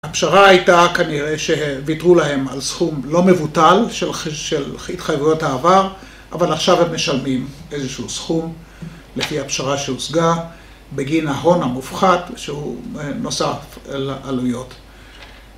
הפשרה הייתה כנראה שוויתרו להם על סכום לא מבוטל של התחייבויות העבר אבל עכשיו הם משלמים איזשהו סכום לפי הפשרה שהושגה בגין ההון המופחת שהוא נוסף לעלויות